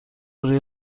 روی